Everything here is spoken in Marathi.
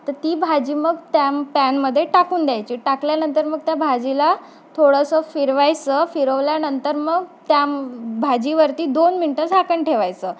तर ती भाजी मग त्या पॅनमध्ये टाकून द्यायची टाकल्यानंतर मग त्या भाजीला थोडंसं फिरवायचं फिरवल्यानंतर मग त्या भाजीवरती दोन मिनटं झाकण ठेवायचं